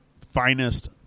finest